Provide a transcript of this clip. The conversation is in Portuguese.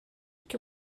que